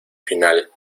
final